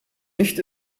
nicht